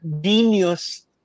genius